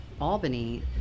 Albany